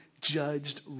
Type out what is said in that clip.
judged